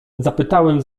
zapytałem